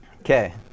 Okay